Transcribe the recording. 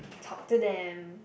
talk to them